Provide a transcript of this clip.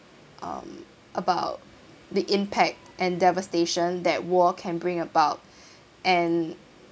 um about the impact and devastation that war can bring about and